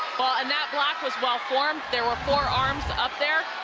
well, and that block was wellformed there were four arms up there.